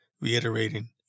reiterating